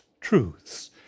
truths